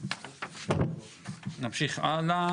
נמשיך הלאה.